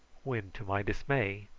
when, to my dismay,